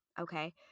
Okay